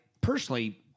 personally